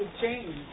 change